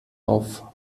auf